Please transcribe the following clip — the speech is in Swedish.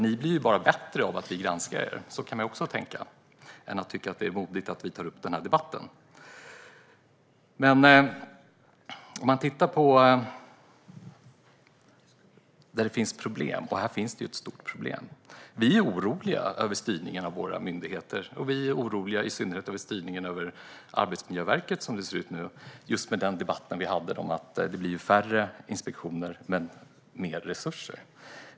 Ni blir ju bara bättre av att vi granskar er. Så kan man också tänka i stället för att tycka att det är modigt att vi tar upp den här frågan. När vi tittar på var det finns problem - och det finns ett stort problem - blir vi oroliga över styrningen av våra myndigheter, och vi är i synnerhet oroliga över styrningen av Arbetsmiljöverket som det ser ut nu just med den debatt som vi hade om att det blir färre inspektioner men mer resurser.